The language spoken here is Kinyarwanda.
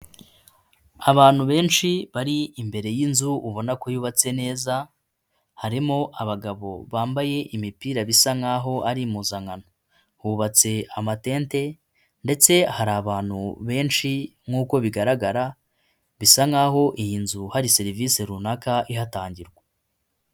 Abantu benshi bari imbere y'inzu ubona ko yubatse neza, harimo abagabo bambaye imipira bisa nk'aho ari impuzankano, hubatse amatente ndetse hari abantu benshi nk'uko bigaragara, bisa nkaho iyi nzu hari serivise runaka ihatangirwa.